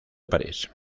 parís